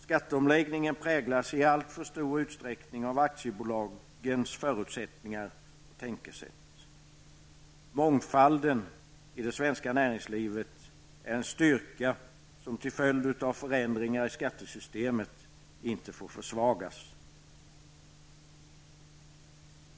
Skatteomläggningen präglas i alltför stor utsträckning av aktiebolagens förutsättningar och tänkesätt. Mångfalden i det svenska näringslivet är en styrka som inte får försvagas till följd av förändringar i skattesystemet.